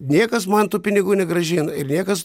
niekas man tų pinigų negrąžina ir niekas